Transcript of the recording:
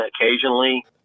occasionally